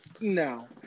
no